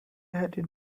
headed